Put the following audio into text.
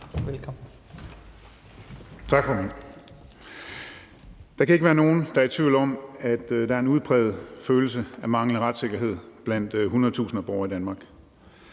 Velkommen.